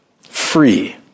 free